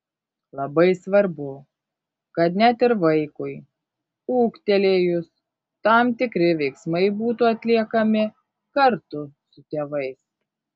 labai svarbu kad net ir vaikui ūgtelėjus tam tikri veiksmai būtų atliekami kartu su tėvais